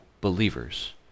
believers